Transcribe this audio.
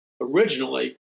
originally